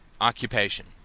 occupation